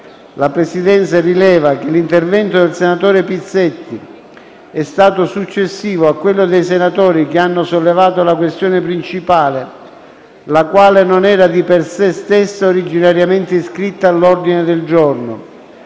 la Presidenza rileva che l'intervento del senatore Pizzetti è stato successivo a quello dei senatori che hanno sollevato la questione principale, la quale non era di per se stessa originariamente iscritta all'ordine del giorno.